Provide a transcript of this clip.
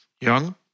young